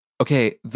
okay